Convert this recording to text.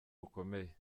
bukomeye